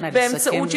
נא לסכם.